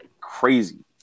crazy